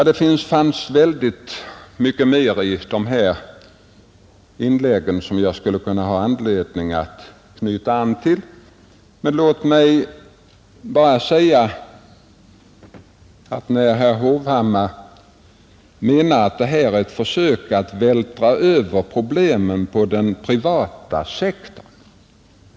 Det fanns mycket mera i de tidigare inläggen som jag skulle kunna ha anledning att ta upp till diskussion. Låt mig bara säga att jag ärligt talat inte förstår vad herr Hovhammar menar när han säger att det här är ett försök att vältra över problemen på den privata sektorn.